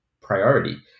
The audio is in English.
priority